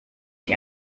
die